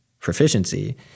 Proficiency